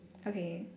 okay